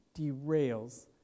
derails